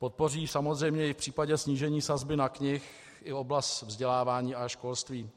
Podpoří samozřejmě i v případě snížení sazby na knihy i oblast vzdělávání a školství.